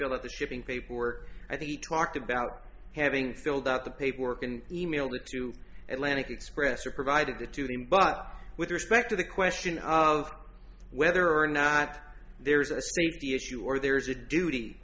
what the shipping paperwork i think he talked about having filled out the paperwork and emailed it to atlanta express or provided it to them but with respect to the question of whether or not there is a safety issue or there is a duty